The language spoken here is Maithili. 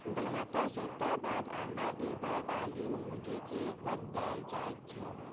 बहत्तर सप्ताह बाद अंडा देबय बाली मुर्गी के वध देल जाइत छै